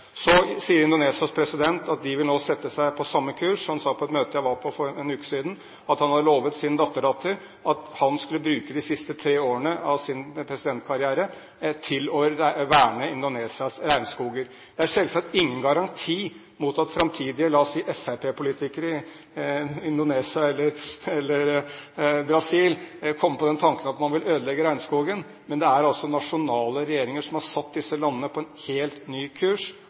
Indonesias president sier nå at de vil rette seg mot samme kurs. Han sa på et møte jeg var på for en uke siden, at han hadde lovet sin datterdatter at han skulle bruke de siste tre årene av sin presidentkarriere til å verne Indonesias regnskoger. Det er selvsagt ingen garanti mot at framtidige – la oss si – fremskrittspartipolitikere i Indonesia eller Brasil kommer på den tanken at man vil ødelegge regnskogen. Men det er altså nasjonale regjeringer som har satt disse landene på en helt ny kurs.